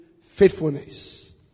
faithfulness